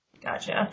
Gotcha